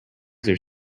there